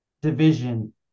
division